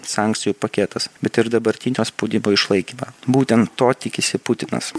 sankcijų paketas bet ir dabartinio spaudimo išlaikymą būtent to tikisi putinas